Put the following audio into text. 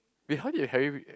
we heard it at Harry week right